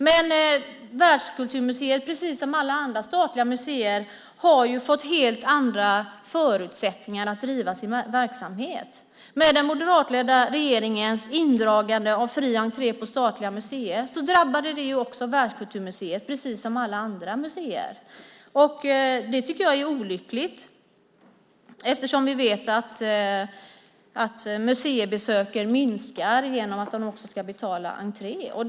Men Världskulturmuseet, precis som alla andra statliga museer, har fått helt andra förutsättningar att driva sin verksamhet. Den moderatledda regeringens borttagande av fri entré på statliga museer drabbade Världskulturmuseet precis som alla andra museer. Det tycker jag är olyckligt eftersom vi vet att antalet museibesök minskar genom att man ska betala entréavgift.